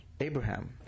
Abraham